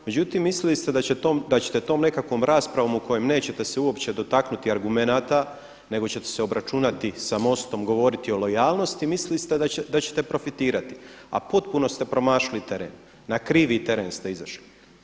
Međutim, mislili ste da ćete tom nekakvom raspravom u kojoj nećete se uopće dotaknuti argumenata nego ćete se obračunati sa MOST-om, govoriti o lojalnosti, mislili ste da ćete profitirati a potpuno ste promašili teren, na krivi teren ste izašli.